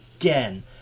again